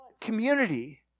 community